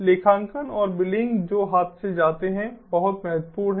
लेखांकन और बिलिंग जो हाथ से जाते हैं बहुत महत्वपूर्ण हैं